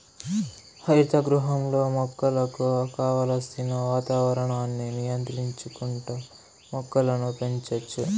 హరిత గృహంలో మొక్కలకు కావలసిన వాతావరణాన్ని నియంత్రించుకుంటా మొక్కలను పెంచచ్చు